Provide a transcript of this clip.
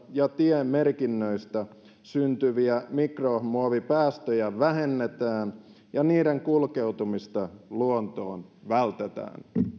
ja tiemerkinnöistä syntyviä mikromuovipäästöjä vähennetään ja niiden kulkeutumista luontoon vältetään